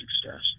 success